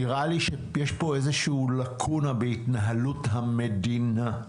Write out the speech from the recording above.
נראה לי שיש פה איזשהו לקונה בהתנהלות המדינה.